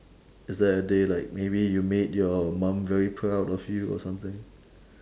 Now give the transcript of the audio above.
is there a day like maybe you made your mum very proud of you or something